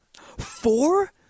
Four